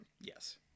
Yes